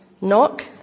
knock